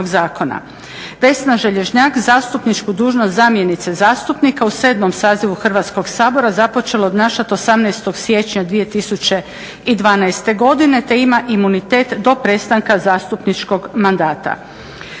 Vesna Želježnjak zastupničku dužnost zamjenice zastupnika u 7. sazivu Hrvatskog sabora započela je obnašati 18. siječnja 2012. godine te ima imunitet do prestanka zastupničkog mandata.